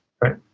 Right